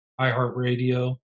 iHeartRadio